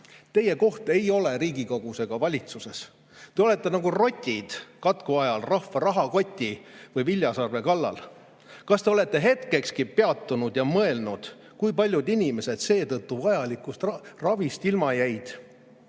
Teie koht ei ole Riigikogus ega valitsuses. Te olete nagu rotid katku ajal rahva rahakoti või viljasalve kallal. Kas te olete hetkekski peatunud ja mõelnud, kui paljud inimesed seetõttu vajalikust ravist ilma jäid